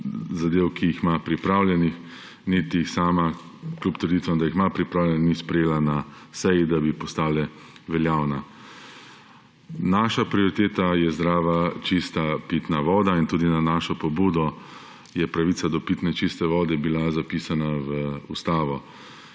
zadev, ki jih ima pripravljene, niti jih sama, kljub trditvam, da jih ima pripravljene, ni sprejela na seji, da bi postale veljavne. Naša prioriteta je zdrava čista pitna voda in tudi na našo pobudo je pravica do pitne čist vode bila zapisana v ustavo